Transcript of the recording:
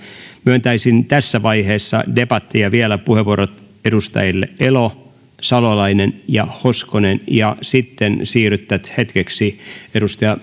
myöntäisin tässä vaiheessa debattia vielä puheenvuorot edustajille elo salolainen ja hoskonen ja sitten siirrytään hetkeksi edustaja